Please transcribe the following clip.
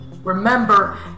Remember